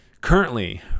Currently